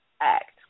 act